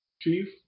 Chief